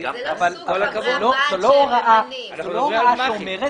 זאת לא הוראה שאומרת.